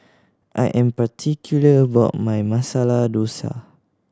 I am particular about my Masala Dosa